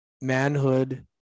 manhood